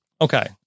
Okay